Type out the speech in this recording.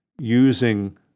using